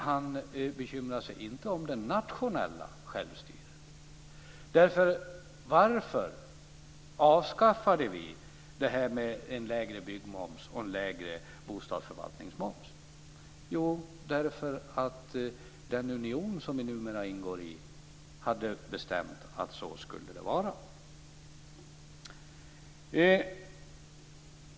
Han bekymrar sig inte om det nationella självstyret. Varför avskaffade vi en lägre byggmoms och en lägre bostadsförvaltningsmoms? Jo, därför att den union som vi numera ingår i hade bestämt att så skulle det vara.